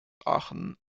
aachen